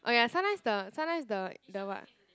oh ya sometimes the sometimes the the what